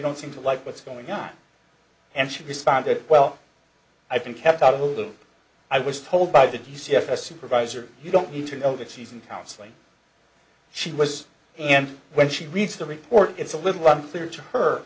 don't seem to like what's going on and she responded well i've been kept out of the loop i was told by the d c f a supervisor you don't need to know that she's in counseling she was and when she reads the report it's a little unfair to her